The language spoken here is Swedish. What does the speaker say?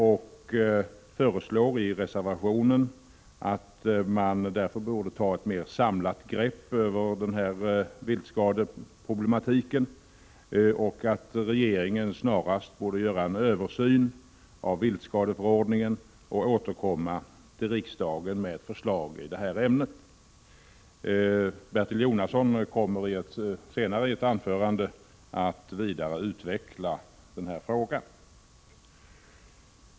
Vi föreslår därför i reservationen att ett mer samlat grepp borde tas i fråga om viltskadeproblematiken och att regeringen snarast borde göra en översyn av viltskadeförordningen och återkomma till riksdagen med förslag i detta ämne. Bertil Jonasson kommer senare i ett anförande att vidare utveckla denna fråga.